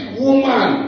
woman